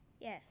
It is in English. Yes